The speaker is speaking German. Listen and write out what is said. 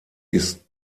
ist